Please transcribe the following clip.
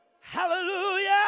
Hallelujah